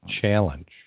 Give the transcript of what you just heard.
Challenge